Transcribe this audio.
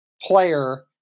player